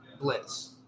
Blitz